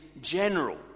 general